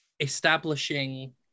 Establishing